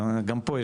גם פה,